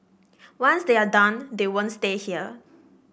once they are done they won't stay here